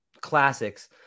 classics